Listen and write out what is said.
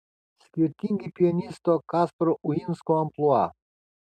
skirtingi pianisto kasparo uinsko amplua